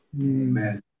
Amen